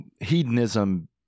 hedonism